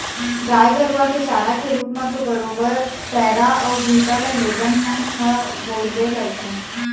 गाय गरुवा के चारा के रुप म तो बरोबर पैरा अउ भुसा ल लोगन मन ह बउरबे करथे